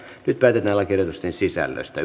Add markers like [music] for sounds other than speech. nyt päätetään lakiehdotusten sisällöstä [unintelligible]